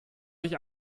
sich